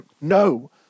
No